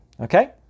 Okay